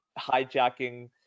hijacking